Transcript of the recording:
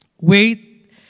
Wait